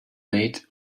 made